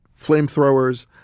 flamethrowers